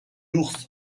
ours